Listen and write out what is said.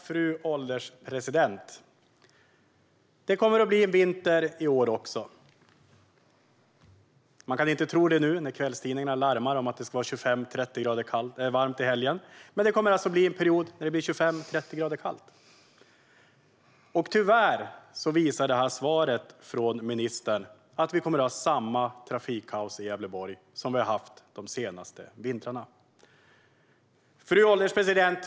Fru ålderspresident! Det kommer att bli en vinter i år också. Man kan inte tro det nu när kvällstidningarna larmar om att det ska vara 25-30 grader varmt i helgen, men det kommer att bli en period när det blir 25-30 grader kallt. Tyvärr visar svaret från ministern att vi kommer att ha samma trafikkaos i Gävleborg som vi har haft de senaste vintrarna. Fru ålderspresident!